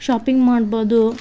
shopping ಮಾಡ್ಬೋದು